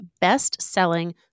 best-selling